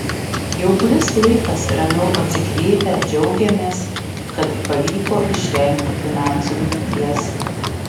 jau kuris laikas ramiau atsikvėpę džiaugiamės kad pavyko išvengti finansų griūties